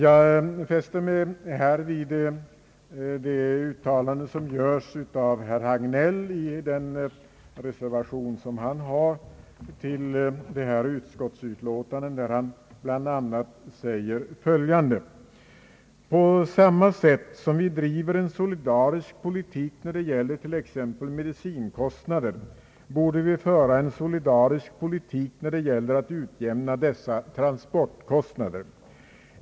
Jag vill i detta sammanhang fästa uppmärksamheten vid det särskilda yttrandet av herr Hagnell till utskottets utlåtande där han bland annat säger följande: »På samma sätt som vi driver en solidarisk politik när det gäller t.ex. medicinkostnader, borde vi föra en solidarisk politik när det gäller att ut jämna dessa transportkostnader.